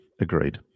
Agreed